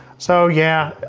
so yeah,